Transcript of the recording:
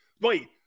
wait